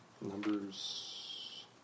Numbers